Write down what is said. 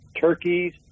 turkeys